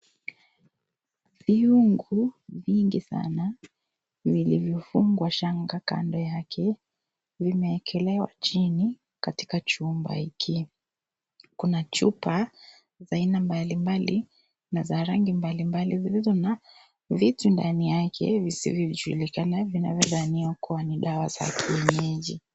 Viungu vingi sana vikivyofungwa shanga Kando yake imeekelewa chini katika jumba hiki. Kuna chupa aina mbalimbali na za rangi mbalimbali zilizo na vitu ndani yake visivyojulikana vinavyodhaniwa kuwa ni dawa vya kienyeji.